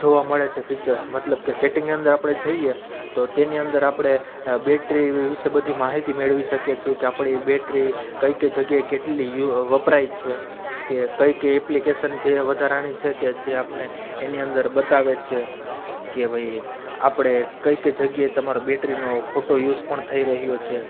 જોવા મળે છે ફીચર્સ મતલબ કે સેટિંગ અંદર આપણે જઈએ તો તેની અંદર આપણે બેટરી એવી વિશે બધી માહિતી મેળવી શકીએ છીએ કે આપણી બેટરી કઈ કઈ જગ્યાએ કેટલી વપરાય છે કે કઈ કઈ એપ્લિકેસન છે એ વધારાની છે કે જે આપને એની અંદર બતાવે છે કે ભાઈ આપણે કઈ કઈ જગ્યાએ તમારા બેટરીનો ખોટો યુઝ પણ થઈ રહ્યો છે